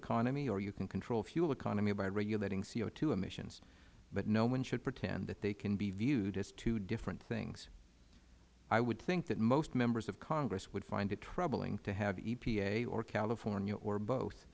economy or you can control fuel economy by regulating co emissions but no one should pretend that they can be viewed as two different things i would think that most members of congress would find it troubling to have epa or california or both